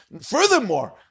Furthermore